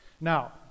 Now